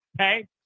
okay